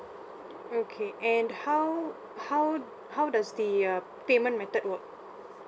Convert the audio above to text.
okay and how how how does the uh payment method work